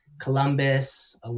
Columbus